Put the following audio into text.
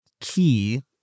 key